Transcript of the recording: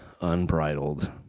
unbridled